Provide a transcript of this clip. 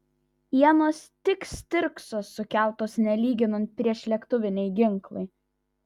ienos tik stirkso sukeltos nelyginant priešlėktuviniai ginklai